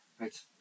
right